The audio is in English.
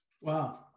Wow